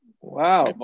wow